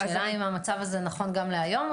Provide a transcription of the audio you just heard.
השאלה אם המצב הזה נכון גם להיום.